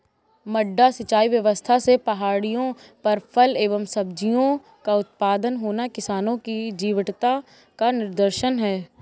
मड्डा सिंचाई व्यवस्था से पहाड़ियों पर फल एवं सब्जियों का उत्पादन होना किसानों की जीवटता का निदर्शन है